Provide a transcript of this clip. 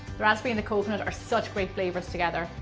the raspberry and coconut are such great flavors together.